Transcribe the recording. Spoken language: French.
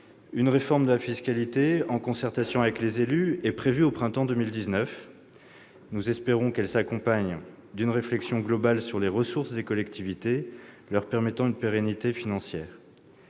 Une réforme de la fiscalité en concertation avec les élus est prévue au printemps 2019. Nous espérons qu'elle s'accompagne d'une réflexion globale sur les ressources des collectivités leur permettant une pérennité financière.